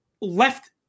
left